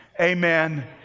amen